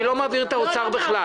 אני לא מעביר את האוצר בכלל.